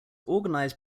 organised